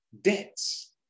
debts